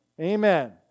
Amen